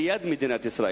ליד מדינת ישראל?